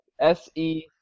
S-E